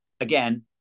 again